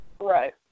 Right